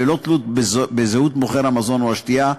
ללא תלות בזהות מוכר המזון או השתייה.